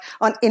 on